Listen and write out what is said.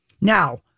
Now